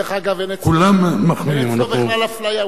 דרך אגב, אין אצלו בכלל אפליה.